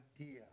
idea